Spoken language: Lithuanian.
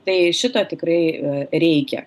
tai šito tikrai reikia